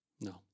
no